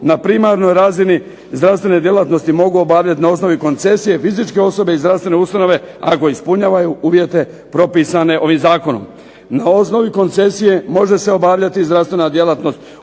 na primarnoj razini zdravstvene djelatnosti mogu obavljati na osnovi koncesije fizičke osobe i zdravstvene ustanove ako ispunjavaju uvjete propisane ovim zakonom. Na osnovi koncesije može se obavljati zdravstvena djelatnost